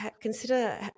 consider